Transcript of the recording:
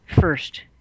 first